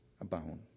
abound